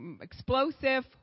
explosive